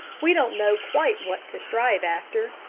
we don't know quite what to strive after.